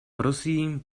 prosím